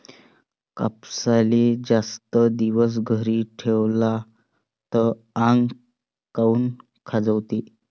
कापसाले जास्त दिवस घरी ठेवला त आंग काऊन खाजवते?